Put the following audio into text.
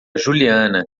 juliana